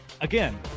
again